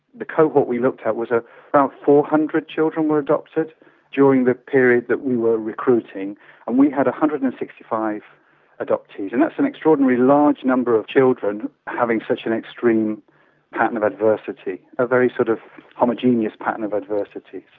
the cohort we looked at was ah around four hundred children were adopted during the period that we were recruiting, and we had one hundred and sixty five adoptees, and that's an extraordinarily large number of children having such an extreme pattern of adversity, a very sort of homogeneous pattern of adversity.